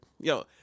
yo